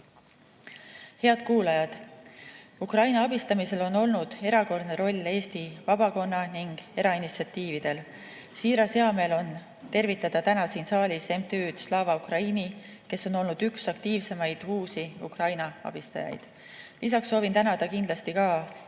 Head kuulajad! Ukraina abistamisel on olnud erakordne roll Eesti vabakonna ning erainitsiatiividel. Siiras hea meel on tervitada täna siin saalis MTÜ-d Slava Ukraini, kes on olnud üks aktiivsemaid uusi Ukraina abistajaid. Lisaks soovin tänada kindlasti ka